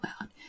loud